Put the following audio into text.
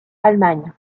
allemagne